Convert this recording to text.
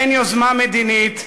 אין יוזמה מדינית,